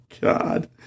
God